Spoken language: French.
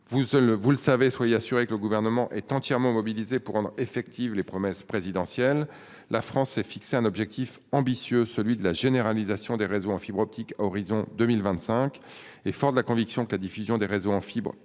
vous le savez, soyez assuré que le gouvernement est entièrement mobilisé pour rendre effectives les promesses présidentielles. La France s'est fixé un objectif ambitieux, celui de la généralisation des réseaux en fibre optique, horizon 2025 et Ford la conviction que la diffusion des réseaux en fibre